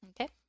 Okay